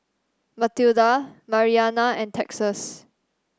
Matilda Mariana and Texas